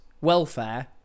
welfare